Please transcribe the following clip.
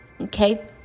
okay